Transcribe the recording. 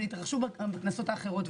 אבל התרחשו גם בכנסות האחרות,